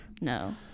No